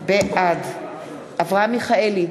בעד אברהם מיכאלי,